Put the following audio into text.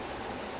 ya